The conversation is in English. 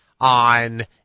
on